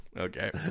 Okay